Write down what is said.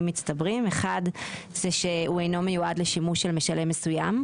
מצטברים: 1 שהוא אינו מיועד לשימוש של משלם מסוים.